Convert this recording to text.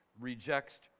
rejects